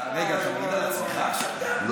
רגע, אתה מעיד על עצמך עכשיו?